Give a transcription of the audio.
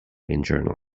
internal